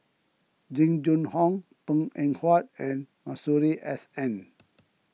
Jing Jun Hong Png Eng Huat and Masuri S N